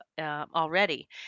already